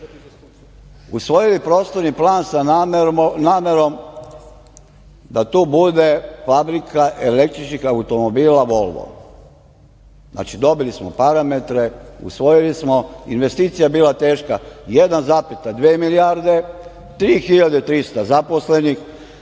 usvojili prostorni plan sa namerom da tu bude fabrika električnih automobila Volvo. Znači, dobili smo parametre, usvojili smo, investicija je bila teška 1,2 milijarde, 3.300 zaposlenih,